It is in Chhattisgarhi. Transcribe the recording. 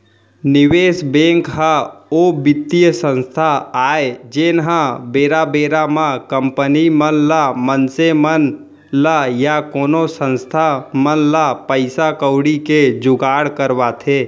निवेस बेंक ह ओ बित्तीय संस्था आय जेनहा बेरा बेरा म कंपनी मन ल मनसे मन ल या कोनो संस्था मन ल पइसा कउड़ी के जुगाड़ करवाथे